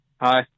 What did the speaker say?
hi